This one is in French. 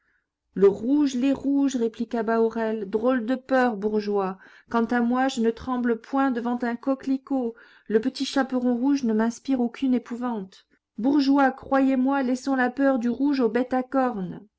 le rouge les rouges répliqua bahorel drôle de peur bourgeois quant à moi je ne tremble point devant un coquelicot le petit chaperon rouge ne m'inspire aucune épouvante bourgeois croyez-moi laissons la peur du rouge aux bêtes à cornes